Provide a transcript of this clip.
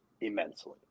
immensely